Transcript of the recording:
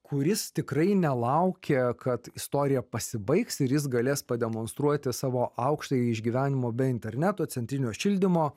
kuris tikrai nelaukia kad istorija pasibaigs ir jis galės pademonstruoti savo aukštąjį išgyvenimo be interneto centrinio šildymo